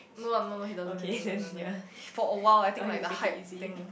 no I don't know no he doesn't he doesn't he doesn't for a while I think like the hype thing